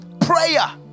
prayer